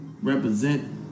represent